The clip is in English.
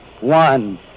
one